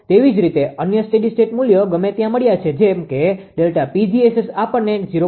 તેવી જ રીતે અન્ય સ્ટેડી સ્ટેટ મુલ્યો ગમે ત્યાં મળ્યા છે જેમ કે Δ𝑃𝑔𝑆𝑆 આપણને 0